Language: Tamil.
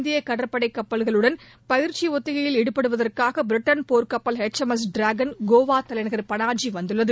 இந்திய கடற்படை கப்பல்களுடன் பயிற்சி ஒத்திகையில் ஈடுபடுவதற்காக பிரிட்டன் போர்க்கப்பல் H M S Dragon Goa தலைநகர் பனாஜி வந்துள்ளது